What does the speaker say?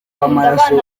w’amaraso